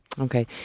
Okay